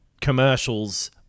commercials